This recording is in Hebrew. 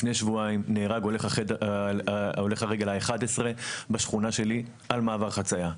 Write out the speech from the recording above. לפני שבועיים נהרג הולך הרגל ה-11 בשכונה שלי על מעבר חציה.